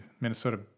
Minnesota